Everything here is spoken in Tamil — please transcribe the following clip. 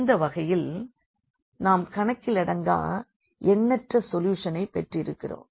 இந்த வகையில் நாம் கணக்கிலடங்கா எண்ணற்ற சொல்யூஷனைப் பெற்றிருக்கிறோம்